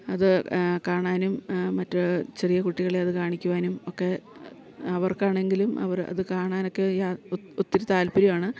അത് കാണാനും മറ്റ് ചെറിയ കുട്ടികളെ അത് കാണിക്കുവാനും ഒക്കെ അവർക്കാണെങ്കിലും അവർ അത് കാണാനൊക്കെയായി ഒത്തിരി താല്പര്യമാണ്